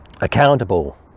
accountable